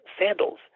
sandals